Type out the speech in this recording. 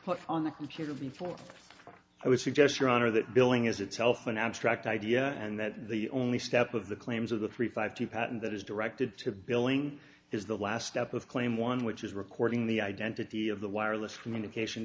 put on the computer before i would suggest your honor that billing is itself an abstract idea and that the only step of the claims of the three five to patent that is directed to billing is the last step of claim one which is recording the identity of the wireless communication